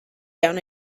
down